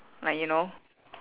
like you know